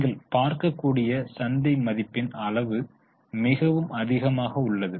நீங்கள் பார்க்கக்கூடிய சந்தை மதிப்பின் அளவு மிகவும் அதிகமாக உள்ளது